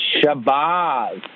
Shabazz